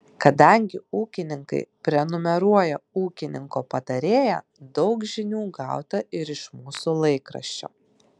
kadangi ūkininkai prenumeruoja ūkininko patarėją daug žinių gauta ir iš mūsų laikraščio